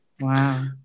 Wow